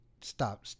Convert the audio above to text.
stop